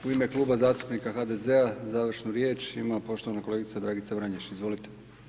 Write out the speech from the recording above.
U ime Kluba zastupnika HDZ-a završnu riječ ima poštovana kolegica Dragica Vranješ, izvolite.